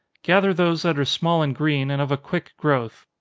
gather those that are small and green, and of a quick growth.